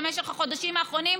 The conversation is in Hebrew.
במשך החודשים האחרונים,